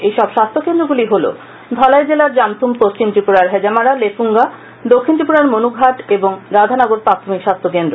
এই সব স্বাস্থ্য কেন্দ্রগুলো হল ধলাই জেলার জামথুম পশ্চিম ত্রিপুরার হেজামারা লেফুঙ্গা দক্ষিণ ত্রিপুরার মনুঘাট এবং রাধানগর প্রাথমিক স্বাস্থ্য কেন্দ্র